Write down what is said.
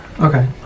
Okay